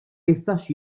jistax